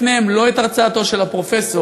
לפניהם לא את הרצאתו של הפרופסור,